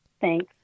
Thanks